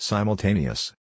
Simultaneous